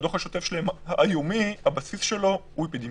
והדוח השוטף היומי שלהם, הבסיס שלו אפידמיולוגי,